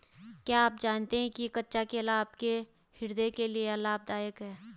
क्या आप जानते है कच्चा केला आपके हृदय के लिए लाभदायक है?